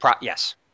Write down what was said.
Yes